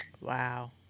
Wow